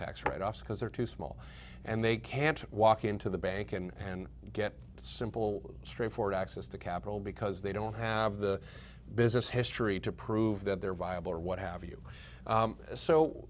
tax write offs because they're too small and they can't walk into the bank and get simple straightforward access to capital because they don't have the business history to prove that they're viable or what have you